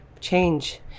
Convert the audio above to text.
change